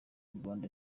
rwanda